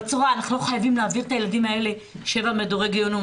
אנחנו לא חייבים להעביר את הילדים האלה שבעה מדורי גיהינום,